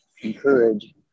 encourage